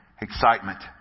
excitement